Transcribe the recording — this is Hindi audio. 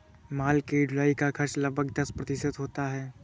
माल की ढुलाई का खर्च लगभग दस प्रतिशत होता है